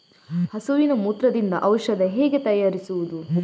ಹಸುವಿನ ಮೂತ್ರದಿಂದ ಔಷಧ ಹೇಗೆ ತಯಾರಿಸುವುದು?